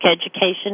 education